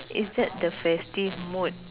is that the festive mood